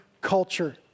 culture